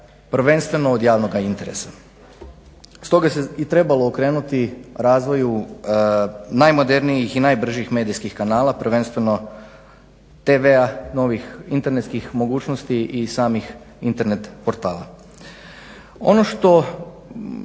prvenstveno od javnog interesa. Stoga se i trebalo okrenuti razvoju najmodernijih i najbržih medijskih kanala, prvenstveno tv-a, novih internetskih mogućnosti i samih internet portala. Ono što